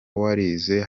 warize